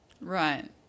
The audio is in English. Right